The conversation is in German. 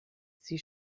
sie